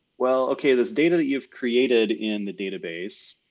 well, okay, this data that you've created in the database,